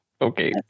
okay